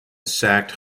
sacked